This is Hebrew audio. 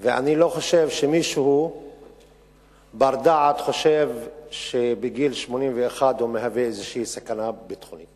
ואני לא חושב שמישהו בר-דעת חושב שבגיל 81 הוא מהווה סכנה ביטחונית